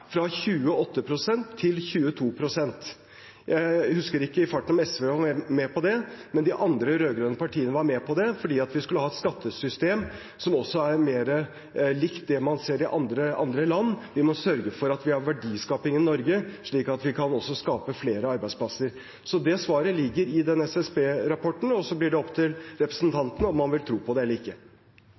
fra 28 pst. til 22 pst. Jeg husker ikke i farten om SV var med på det, men de andre rød-grønne partiene var med på det, for vi skulle ha et skattesystem som er mer likt det man ser i andre land. Vi må sørge for at vi har verdiskaping i Norge, slik at vi også kan skape flere arbeidsplasser. Så det svaret ligger i den SSB-rapporten, og så blir det opp til representanten om man vil tro på det eller ikke.